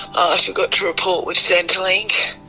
i forgot to report with centrelink